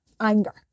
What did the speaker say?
anger